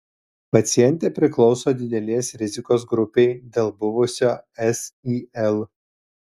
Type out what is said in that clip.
pacientė priklauso didelės rizikos grupei dėl buvusio sil